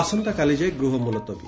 ଆସନ୍ତାକାଲି ଯାଏ ଗୃହ ମ୍ପଲତବୀ